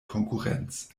konkurrenz